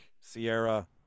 Sierra